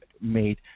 made